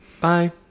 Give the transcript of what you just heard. bye